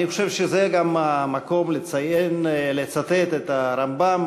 אני חושב שזה גם המקום לצטט את הרמב"ם,